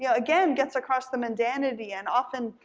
yeah again gets across the mundanity and often,